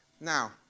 Now